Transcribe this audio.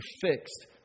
fixed